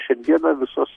šiandieną visos